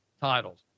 titles